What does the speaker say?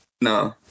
No